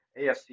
AFC